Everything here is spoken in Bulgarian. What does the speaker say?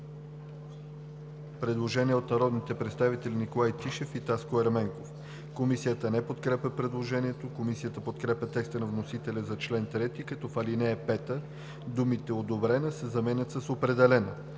предложение от народните представители Николай Тишев и Таско Ерменков. Комисията не подкрепя предложението. Комисията подкрепя текста на вносителя за чл. 3, като в ал. 5 думата „одобрена“ се заменя с „определена“,